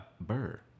Burr